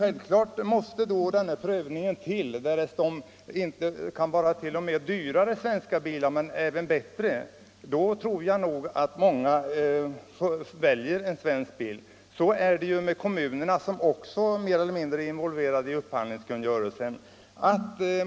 Är den svenska bilen bättre tror jag att många väljer den, även om den skulle vara dyrare. Så är det med kommunerna, som även de är mer eller mindre involverade i upphandlingskungörelsen.